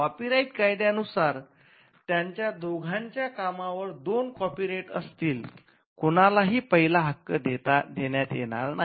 copyright कायद्यानुसार त्यांच्या दोघांच्या कामावर दोन कॉपीराइट्स असतील कुणालाही पहिला हक्क देण्यात येणार नाही